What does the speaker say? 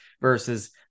versus